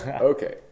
okay